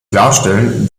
klarstellen